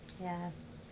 Yes